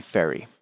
Ferry